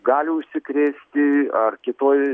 gali užsikrėsti ar kitoj